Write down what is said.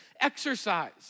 Exercise